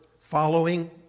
following